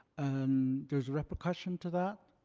and there's repercussion to that.